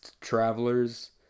travelers